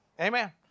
Amen